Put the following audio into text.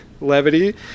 levity